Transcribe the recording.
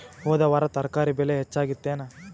ಹೊದ ವಾರ ತರಕಾರಿ ಬೆಲೆ ಹೆಚ್ಚಾಗಿತ್ತೇನ?